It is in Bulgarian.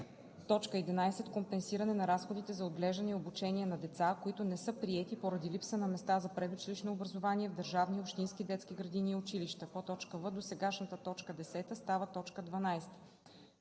11: „11. компенсиране на разходите за отглеждане и обучение на деца, които не са приети поради липса на места за предучилищно образование в държавни и общински детски градини и училища.“ в) досегашната т. 10 става т. 12.